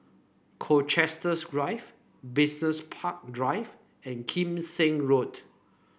Colchester Grove Business Park Drive and Kim Seng Road